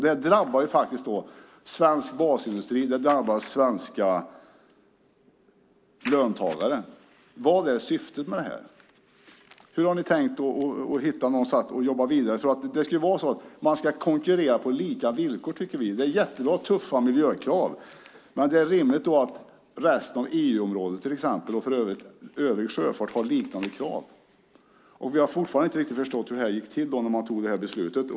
Det drabbar svensk basindustri och svenska löntagare. Vad är syftet med detta? Hur har ni tänkt jobba vidare? Man ska kunna konkurrera på lika villkor, tycker vi. Det är jättebra med tuffa miljökrav, men det är rimligt att resten av EU-området och övrig sjöfart har liknande krav. Vi har fortfarande inte riktigt förstått hur det gick till när man tog detta beslut.